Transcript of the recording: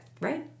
right